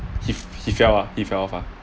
he he fell ah he fell off ah